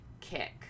kick